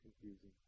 confusing